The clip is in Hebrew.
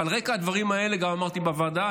ועל רקע הדברים האלה גם אמרתי בוועדה,